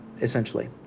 essentially